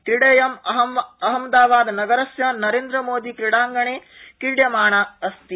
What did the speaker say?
क्रीडेयं अहमदाबादनगरस्य नरेन्द्रमोदीक्रीडांणे क्रीडयमाना अस्ति